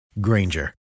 Granger